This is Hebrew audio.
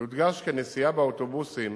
יודגש כי הנסיעה באוטובוסים